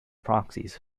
proxies